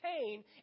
pain